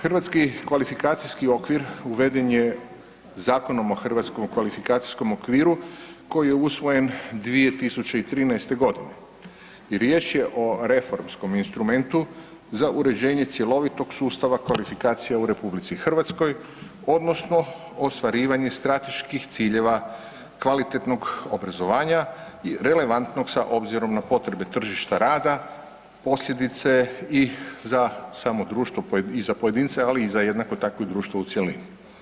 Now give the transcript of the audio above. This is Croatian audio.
Hrvatski kvalifikacijski okvir uveden je Zakonom o hrvatskom kvalifikacijskom okviru koji je usvojen 2013.g. i riječ je o reformskom instrumentu za uređenje cjelovitog sustava kvalifikacija u RH odnosno ostvarivanje strateških ciljeva kvalitetnog obrazovanja relevantnog s obzirom na potrebe tržišta rada, posljedice i za samo društvo i za pojedince, ali i za jednako tako i društvo u cjelini.